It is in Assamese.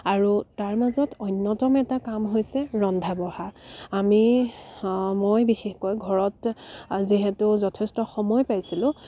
আৰু তাৰ মাজত অন্যতম এটা কাম হৈছে ৰন্ধা বঢ়া আমি মই বিশেষকৈ ঘৰত যিহেতু যথেষ্ট সময় পাইছিলোঁ